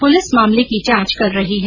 police मामले की जांच कर रही है